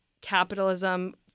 capitalism